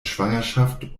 schwangerschaft